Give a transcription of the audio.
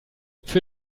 für